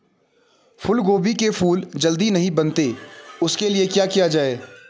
फूलगोभी के फूल जल्दी नहीं बनते उसके लिए क्या करें?